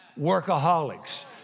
workaholics